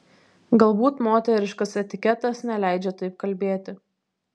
galbūt moteriškas etiketas neleidžia taip kalbėti